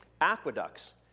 aqueducts